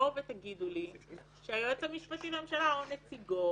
תבואו ותגידו לי שהיועץ המשפטי לממשלה או נציגו